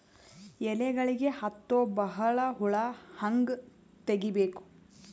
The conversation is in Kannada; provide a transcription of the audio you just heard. ಎಲೆಗಳಿಗೆ ಹತ್ತೋ ಬಹಳ ಹುಳ ಹಂಗ ತೆಗೀಬೆಕು?